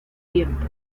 tiempo